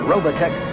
Robotech